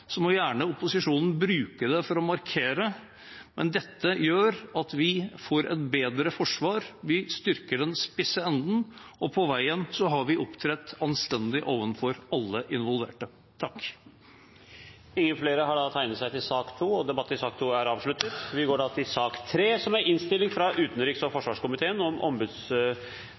så må opposisjonen gjerne bruke det for å markere noe, men dette gjør at vi får et bedre forsvar, vi styrker den spisse enden, og på veien har vi opptrådt anstendig overfor alle involverte. Flere har ikke bedt om ordet til sak nr. 2. Etter ønske fra utenriks- og forsvarskomiteen vil presidenten foreslå at taletiden blir begrenset til 3 minutter til